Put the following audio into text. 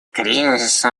кризиса